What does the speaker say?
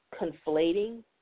conflating